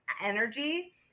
energy